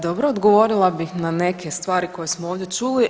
Dobro, odgovorila bih na neke stvari koje smo ovdje čuli.